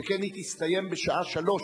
שכן היא תסתיים בשעה 15:00,